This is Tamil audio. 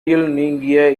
நீங்கிய